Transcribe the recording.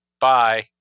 bye